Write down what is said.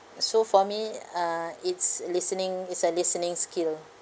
so for me uh uh it's listening it's a listening skill